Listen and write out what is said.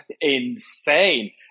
insane